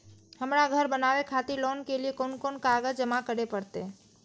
हमरा घर बनावे खातिर लोन के लिए कोन कौन कागज जमा करे परते?